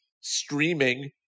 streaming